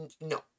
no